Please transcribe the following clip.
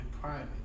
private